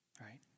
right